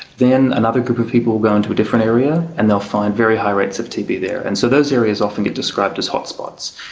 then another group of people will go into a different area and they will find very high rates of tb there. and so those areas often get described as hotspots.